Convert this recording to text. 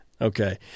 Okay